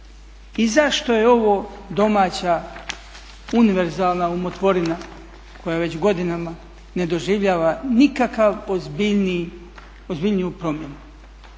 i zašto je ovo domaća univerzalna umotvorina koja već godinama ne doživljava nikakav ozbiljniju promjenu,